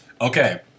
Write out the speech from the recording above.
Okay